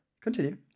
Continue